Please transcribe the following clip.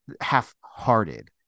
half-hearted